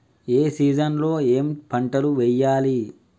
ఏ season లో ఏం పంటలు వెయ్యాలి?